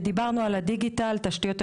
דיברנו על הדיגיטל, תשתיות טכנולוגיות,